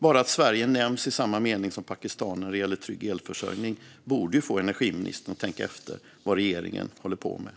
Bara det att Sverige nämns i samma mening som Pakistan när det gäller trygg elförsörjning borde få energiministern att tänka efter vad regeringen håller på med.